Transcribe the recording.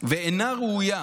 ואינה ראויה.